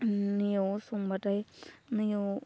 नैयाव संबाथाय नैयाव